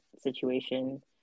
situation